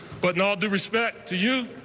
but in all due respect to you,